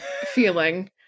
feeling